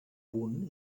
punt